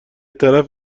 طرف